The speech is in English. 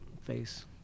face